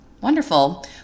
Wonderful